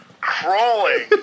crawling